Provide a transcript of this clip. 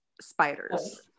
spiders